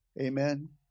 Amen